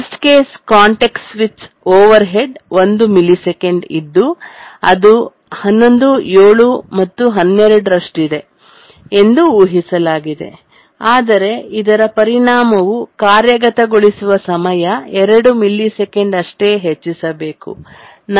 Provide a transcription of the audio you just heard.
worst case context switch overhead 1 millisecond ಇದ್ದು ಅದು 11 7 ಮತ್ತು 12 ರಷ್ಟಿದೆ ಎಂದು ಊಹಿಸಲಾಗಿದೆ ಆದರೆ ಇದರ ಪರಿಣಾಮವು ಕಾರ್ಯಗತಗೊಳಿಸುವ ಸಮಯ 2 ಮಿಲಿಸೆಕೆಂಡು ಅಷ್ಟೇ ಹೆಚ್ಚಿಸಬೇಕು